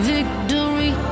Victory